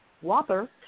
whopper